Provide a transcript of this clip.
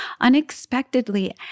unexpectedly